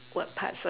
what part first